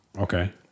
Okay